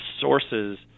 sources